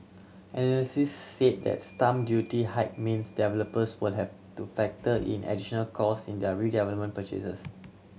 analysts said the stamp duty hike means developers would have to factor in additional cost in their redevelopment purchases